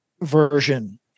version